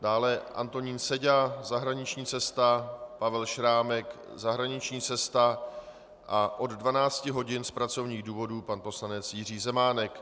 Dále Antonín Seďa zahraniční cesta, Pavel Šrámek zahraniční cesta a od 12 hodin z pracovních důvodů pan poslanec Jiří Zemánek.